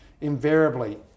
invariably